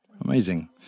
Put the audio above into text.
Amazing